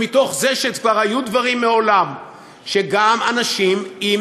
ומתוך זה שכבר היו דברים מעולם: גם אנשים עם